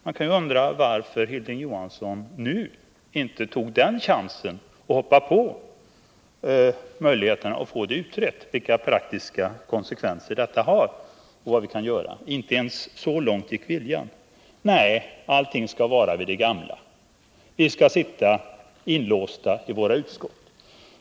Man kan undra varför Hilding Johansson inte tog chansen och tillstyrkte att vi fick utrett vilka de praktiska konsekvenserna blir och vad vi kan göra åt dem. Inte ens så långt gick viljan, utan Hilding Johansson tycker att allting skall förbli vid det gamla: vi skall sitta inlåsta i våra utskott.